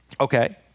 okay